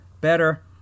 better